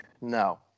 no